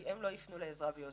כי הם לא יפנו לעזרה מיוזמתם.